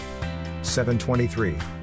723